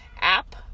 app